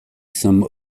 some